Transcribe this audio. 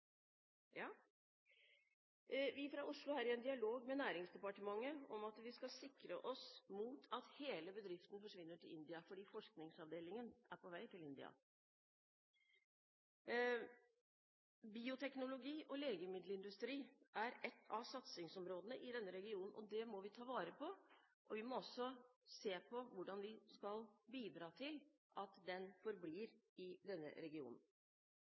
en dialog med Næringsdepartementet om at vi skal sikre oss mot at hele bedriften forsvinner til India, for forskningsavdelingen er på vei til India. Bioteknologi og legemiddelindustri er et av satsingsområde i denne regionen, og det må vi ta vare på. Vi må også se på hvordan vi skal bidra til at den forblir i denne regionen.